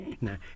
Now